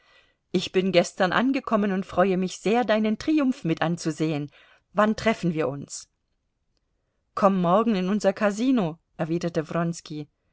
ich bin gestern angekommen und freue mich sehr deinen triumph mit anzusehen wann treffen wir uns komm morgen in unser kasino erwiderte